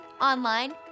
online